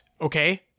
okay